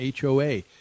HOA